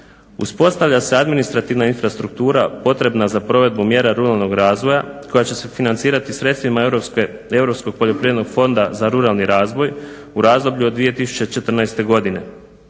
Uspostavlja se administrativna infrastruktura potrebna za provedbu mjera ruralnog razvoja koja će se financirati sredstvima Europskog poljoprivrednog fondova za ruralni razvoj u razdoblju od 2014. godine.